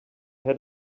had